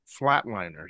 Flatliners